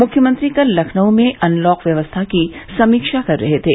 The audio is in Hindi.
मुख्यमंत्री कल लखनऊ में अनलॉक व्यवस्था की समीक्षा कर रहे थे